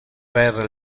per